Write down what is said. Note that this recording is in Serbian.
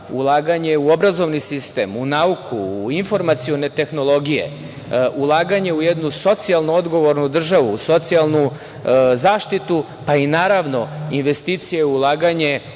ulaganje u obrazovni sistem, u nauku, u informacione tehnologije, ulaganje u jednu socijalno odgovornu državu, socijalnu zaštitu, pa naravno i investicije ulaganje